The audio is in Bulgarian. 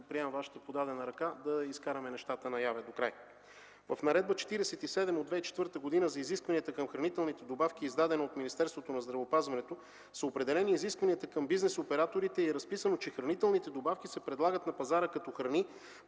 приемам Вашата подадена ръка, за да изкараме нещата наяве докрай. В Наредба № 47 от 2004 г. за изискванията към хранителните добавки, издадена от Министерството на здравеопазването, са определени изискванията към бизнес операторите и е разписано, че хранителните добавки се предлагат на пазара като храни,